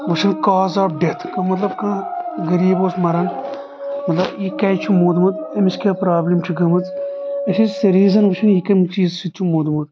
وُچھن cause of death مطلب کانٛہہ غریب اوس مران مطلب یہِ کیازِ چھُ موٗدمُت أمِس کیٛاہ پرابلم چھِ گٔمٕژ أسۍ ٲسۍ یہِ رِیزن ؤچھان یہِ کمہِ چیٖزٕ سۭتۍ چھُ موٗدمُت